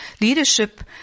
leadership